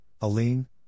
Aline